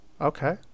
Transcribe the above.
okay